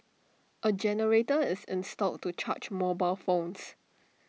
A generator is installed to charge mobile phones